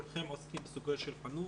כולכם עוסקים בנושא החינוך.